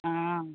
हाँ